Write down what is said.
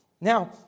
Now